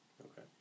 Okay